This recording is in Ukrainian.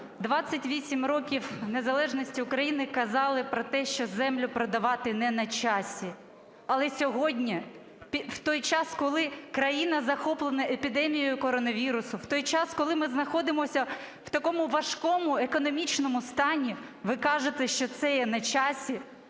28 років незалежності України казали про те, що землю продавати не на часі. Але сьогодні, в той час, коли країна захоплена епідемією коронавірусу, в той час, коли ми знаходимося в такому важкому економічному стані, ви кажете, що це є на часі.